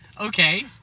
okay